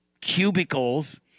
cubicles